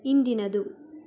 ಹಿಂದಿನದು